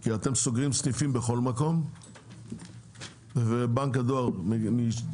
כי אתם סוגרים סניפים בכל מקום ובנק הדואר מאילוצי